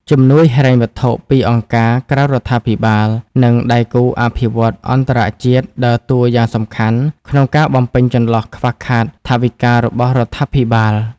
ជំនួយហិរញ្ញវត្ថុពីអង្គការមិក្រៅរដ្ឋាភិបាល និងដៃគូអភិវឌ្ឍន៍អន្តរជាតិដើរតួយ៉ាងសំខាន់ក្នុងការបំពេញចន្លោះខ្វះខាតថវិការបស់រដ្ឋាភិបាល។